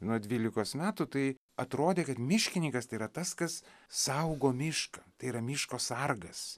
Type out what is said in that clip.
nuo dvylikos metų tai atrodė kad miškininkas tai yra tas kas saugo mišką tai yra miško sargas